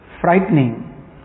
frightening